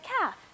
Calf